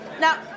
Now